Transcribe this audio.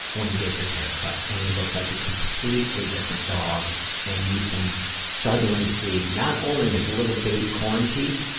when he gets his hair cut and he looks like a completely different dog and you can suddenly see, not only his little baby-corn teeth,